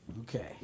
Okay